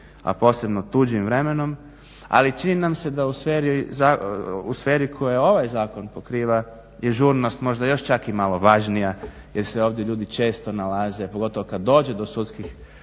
a posebno tuđim vremenom ali čini nam se da u sferi koja ovaj zakon pokriva je žurnost možda još čak i malo važnija jer se ovdje ljudi često nalaze pogotovo kad dođe do sudskih